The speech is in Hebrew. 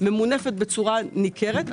ממונפת בצורה ניכרת,